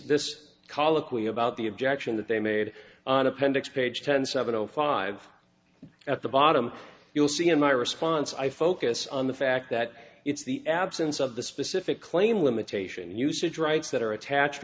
colloquy about the objection that they made an appendix page ten seven zero five at the bottom you'll see in my response i focus on the fact that it's the absence of the specific claim limitation usage rights that are attached